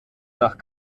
nach